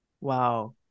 wow